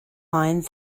mind